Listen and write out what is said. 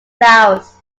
flowers